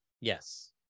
Yes